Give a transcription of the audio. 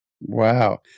Wow